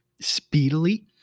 speedily